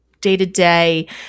day-to-day